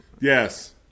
yes